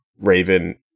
Raven